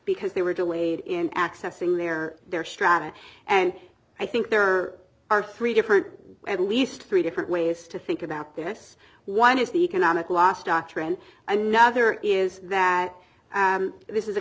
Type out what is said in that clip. because they were delayed in accessing their their strategy and i think there are three different at least three different ways to think about this one is the economic loss doctrine another is that this is